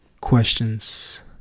questions